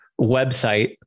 website